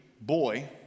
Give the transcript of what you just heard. boy